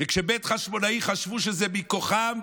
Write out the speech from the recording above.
כשבית חשמונאי חשבו שזה מכוחם,